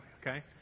okay